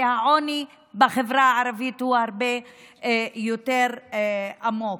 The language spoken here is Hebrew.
כי העוני בחברה הערבית הרבה יותר עמוק.